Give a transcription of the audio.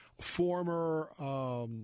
former